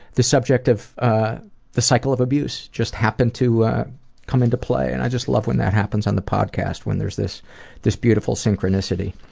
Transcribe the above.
the subject of the cycle of abuse just happened to come into play. and i just love when that happens on the podcast, when there's this this beautiful synchronicity.